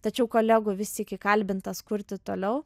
tačiau kolegų vis tik įkalbintas kurti toliau